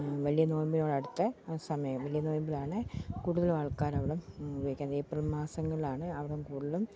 വലിയ നോയമ്പിനോടടുത്തെ ആ സമയം വലിയ നോയമ്പിലാണ് കൂടുതലുമാൾക്കാരവിടെ ഉപയോഗിക്കുന്നത് ഏപ്രിൽ മാസങ്ങളിലാണ് അവിടം കൂടുതലും